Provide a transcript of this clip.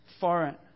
foreign